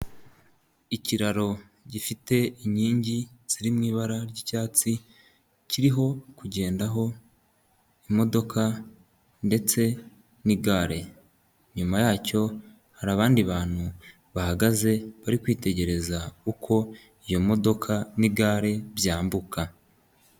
Ikiraro gifite inkingi ziri mu ibara ry'icyatsi kiriho kugendaho imodoka ndetse n'igare. Nyuma yacyo hari abandi bantu bahagaze bari kwitegereza uko iyo modoka n'igare byambuka.